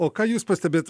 o ką jūs pastebit